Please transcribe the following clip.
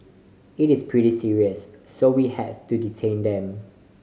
it is pretty serious so we have to detained them